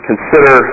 Consider